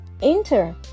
enter